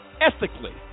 ethically